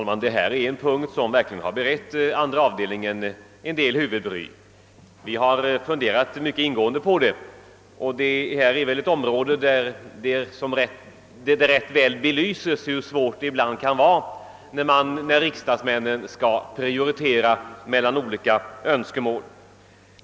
Herr talman! Detta är en punkt som verkligen berett andra avdelningen en del huvudbry. Vi har funderat mycket ingående på saken, och man kan väl säga att det rör sig om ett område som rätt väl belyser hur svårt det ibland kan vara för riksdagsmännen att prioritera olika önskemål.